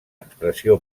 expressió